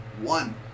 One